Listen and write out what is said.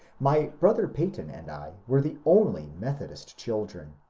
my brother peyton and i were the only methodist children,